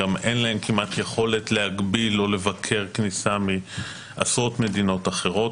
גם אין להן כמעט יכולות להגביל או לבקר כניסה מעשרות מדינות אחרות.